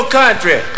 country